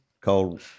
called